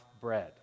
bread